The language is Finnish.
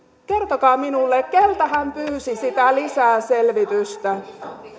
kertokaa minulle keneltä hän pyysi sitä lisäselvitystä